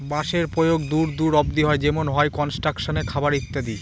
বাঁশের প্রয়োগ দূর দূর অব্দি হয় যেমন হয় কনস্ট্রাকশনে, খাবারে ইত্যাদি